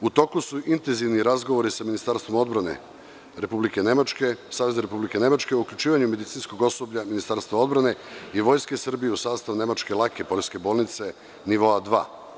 U toku su intenzivni razgovori sa Ministarstvom odbrane Republike Nemačke, Savezne Republike Nemačke, uključivanjem medicinskog osoblja Ministarstva odbrane i Vojske Srbije u sastav Nemačke lake poljske bolnice nivoa dva.